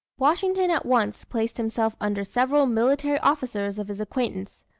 washington at once placed himself under several military officers of his acquaintance,